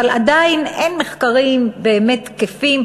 עדיין אין מחקרים באמת תקפים,